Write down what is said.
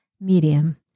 medium